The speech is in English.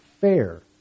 fair